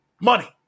Money